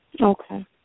Okay